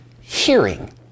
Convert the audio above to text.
hearing